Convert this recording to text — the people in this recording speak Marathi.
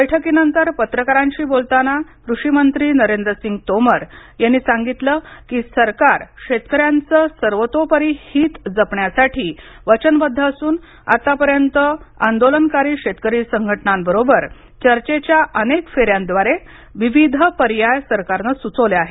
बैठकीनंतर पाकारांशी बोलताना कृषी मंत्री नरेंद्रसिंग तोमर यांनी पत्रकारांना सांगितलं की सरकार शेतकऱ्यांचं सर्वतोपरी हीत जपण्यासाठी वचनबद्ध असून आतापर्यंत आंदोलनकारी शेतकरी संघटनांबरोबर चर्चेच्या अनेक फेन्यांद्वारे विविध पर्याय सरकारने सुचवले आहेत